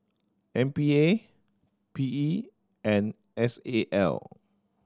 M P A P E and S A L